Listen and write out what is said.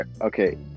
okay